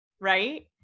right